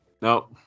No